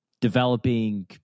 developing